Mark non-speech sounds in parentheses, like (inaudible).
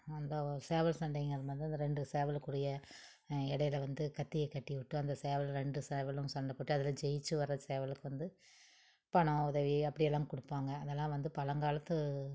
அந்த சேவல் சண்டைங்கிற (unintelligible) அந்த ரெண்டு சேவலுக்குரிய இடையில வந்து கத்தியை கட்டிவிட்டு அந்த சேவல் ரெண்டு சேவலும் சண்டை போட்டு அதில் ஜெயித்து வர சேவலுக்கு வந்து பணம் உதவி அப்படியெல்லாம் கொடுப்பாங்க அதெல்லாம் வந்து பழங்காலத்து